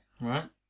right